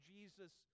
Jesus